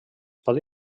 pot